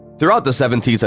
throughout the seventy s and